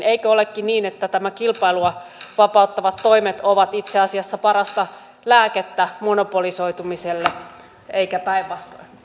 eikö olekin niin että nämä kilpailua vapauttavat toimet ovat itse asiassa parasta lääkettä monopolisoitumiselle eikä päinvastoin